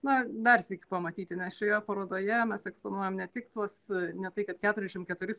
na darsyk pamatyti nes šioje parodoje mes eksponuojam ne tik tuos ne tai kad keturiašim keturi